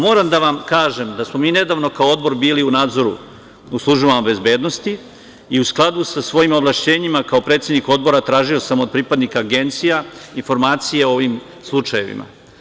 Moram da vam kažem da smo nedavno kao Odbor bili u nadzoru u službama bezbednosti i u skladu sa svojim ovlašćenjima kao predsednik Odbora tražio sam od pripadnika agencija informacije o ovim slučajevima.